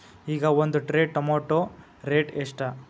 ಈಗ ಒಂದ್ tray tomato rate ಎಷ್ಟ?